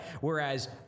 whereas